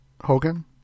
Hogan